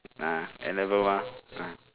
nah N level mah ah